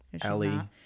ellie